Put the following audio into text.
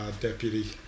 Deputy